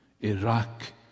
Iraq